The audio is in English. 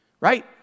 right